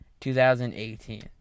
2018